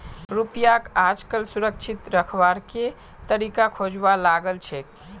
रुपयाक आजकल सुरक्षित रखवार के तरीका खोजवा लागल छेक